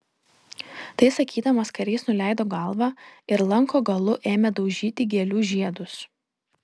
tai sakydamas karys nuleido galvą ir lanko galu ėmė daužyti gėlių žiedus